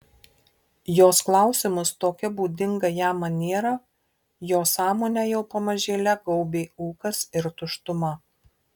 jos klausimus tokia būdinga jam maniera jo sąmonę jau pamažėle gaubė ūkas ir tuštuma